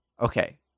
Okay